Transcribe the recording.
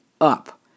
up